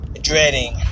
dreading